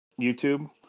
YouTube